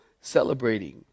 celebrating